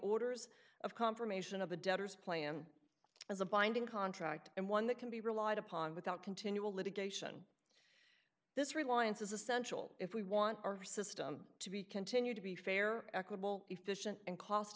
orders of confirmation of the debtors plan as a binding contract and one that can be relied upon without continual litigation this reliance is essential if we want our system to be continued to be fair equable efficient and cost